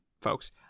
folks